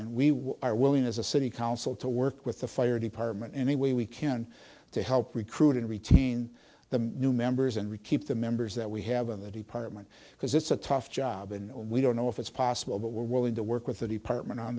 and we are willing as a city council to work with the fire department any way we can to help recruit and retain the new members and we keep the members that we have in the department because it's a tough job and we don't know if it's possible but we're willing to work with the department on